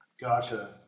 Gotcha